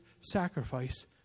sacrifice